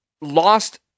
lost